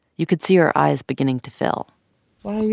you could see her eyes beginning to fill why